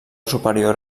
superior